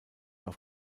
auf